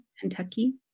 Kentucky